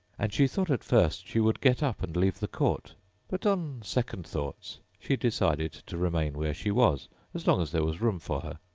and she thought at first she would get up and leave the court but on second thoughts she decided to remain where she was as long as there was room for her.